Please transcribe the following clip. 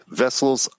vessels